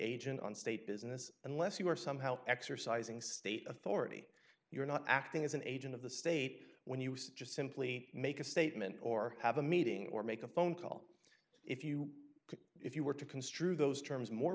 agent on state business unless you are somehow exercising state authority you're not acting as an agent of the state when you say just simply make a statement or have a meeting or make a phone call if you could if you were to construe those terms more